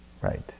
Right